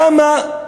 למה,